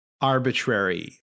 arbitrary